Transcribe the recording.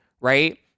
right